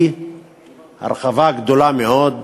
תהיה הרחבה גדולה מאוד,